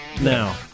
Now